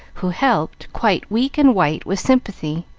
who helped, quite weak and white with sympathy,